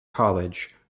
college